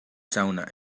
sauna